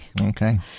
Okay